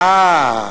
אה.